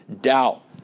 doubt